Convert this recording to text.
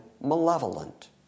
malevolent